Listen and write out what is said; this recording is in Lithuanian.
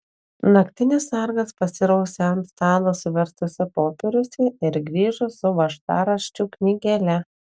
naktinis sargas pasirausė ant stalo suverstuose popieriuose ir grįžo su važtaraščių knygele